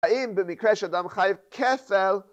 האם במקרה שאדם חייב כפל?